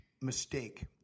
mistake